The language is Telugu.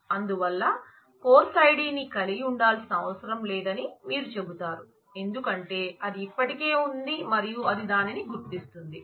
అందువల్ల కోర్సు ఐడి ని కలిగి ఉండాల్సిన అవసరం లేదని మీరు చెబుతారు ఎందుకంటే అది ఇప్పటికే ఉంది మరియు అది దానిని గుర్తిస్తుంది